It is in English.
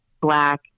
black